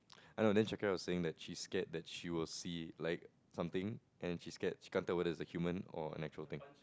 I know then Shakira was saying that she scared that she will see like something and she scared she can't tell whether it's a human or an actual thing